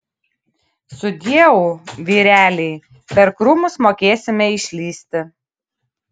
sudieu vyreliai per krūmus mokėsime išlįsti